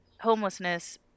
homelessness